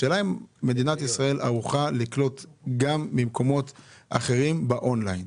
השאלה אם מדינת ישראל ערוכה לקלוט גם ממקומות אחרים באונליין?